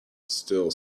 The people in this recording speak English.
still